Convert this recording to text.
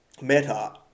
Meta